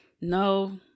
no